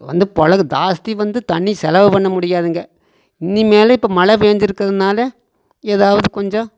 வந்து பொழக்கம் ஜாஸ்தி வந்து தண்ணி செலவு பண்ணமுடியாதுங்க இனிமேல் இப்போ மழை பெஞ்சிருக்குறதனால ஏதாவது கொஞ்சம்